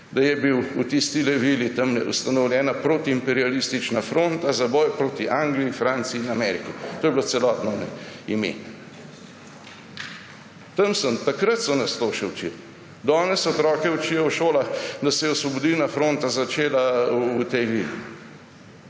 da je bila v tisti vili tamle ustanovljena protiimperialistična fronta za boj proti Angliji, Franciji in Ameriki. To je bilo celotno ime. Takrat so nas to še učili. Danes otroke učijo v šolah, da se je osvobodilna fronta začela v tej vili.